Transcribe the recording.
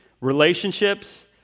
relationships